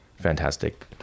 fantastic